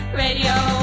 radio